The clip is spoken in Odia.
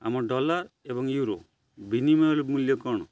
ଆମ ଡଲାର୍ ଏବଂ ୟୁରୋ ବିନିମୟ ମୂଲ୍ୟ କ'ଣ